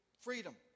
freedom